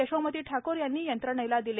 यशोमती ठाक्र यांनी यंत्रणेला दिले